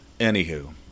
anywho